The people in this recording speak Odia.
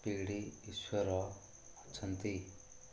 ପିଢ଼ି ଈଶ୍ୱର ଅଛନ୍ତି